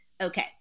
Okay